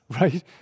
right